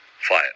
fire